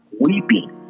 weeping